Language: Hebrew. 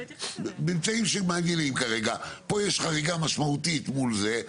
פה יש חריגה משמעותית מול זה,